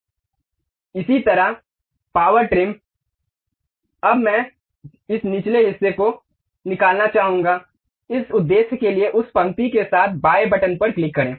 इसी तरह power trim अब मैं इस निचले हिस्से को निकालना चाहूंगा इस उद्देश्य के लिए उस पंक्ति के साथ बाएं बटन पर क्लिक करें